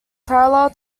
parallel